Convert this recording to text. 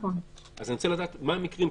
אז אני רוצה לדעת מה המקרים,